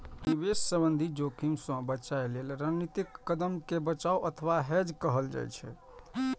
निवेश संबंधी जोखिम सं बचय लेल रणनीतिक कदम कें बचाव अथवा हेज कहल जाइ छै